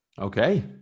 Okay